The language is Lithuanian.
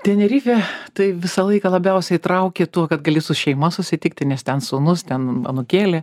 tenerifė tai visą laiką labiausiai traukė tuo kad gali su šeima susitikti nes ten sūnus ten anūkėlė